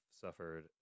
suffered